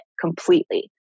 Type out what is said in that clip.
completely